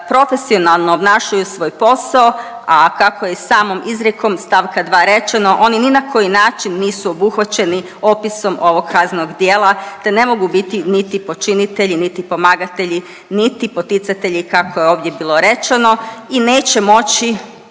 profesionalno obnašaju svoj posao, a kako je i samom izrijekom stavka 2 rečeno, oni ni na koji način nisu obuhvaćeni opisom ovog kaznenog djela te ne mogu biti niti počinitelji niti pomagatelji niti poticatelji kako je ovdje bilo rečeno i neće moći